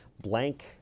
blank